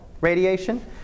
radiation